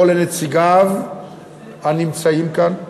או לנציגיו הנמצאים כאן: